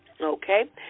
Okay